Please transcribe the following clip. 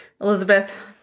Elizabeth